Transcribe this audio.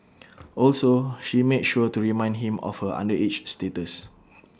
also she made sure to remind him of her underage status